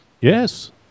Yes